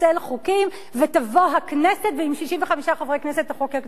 פוסל חוקים ותבוא הכנסת ועם 65 חברי כנסת תחוקק.